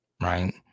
right